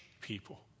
people